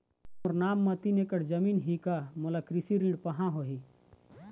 मोर नाम म तीन एकड़ जमीन ही का मोला कृषि ऋण पाहां होही?